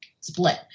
split